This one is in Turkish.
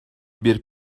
bir